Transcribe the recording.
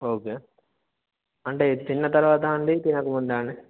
okay అంటే తిన్న తర్వాతా అండి తినకముందా అండి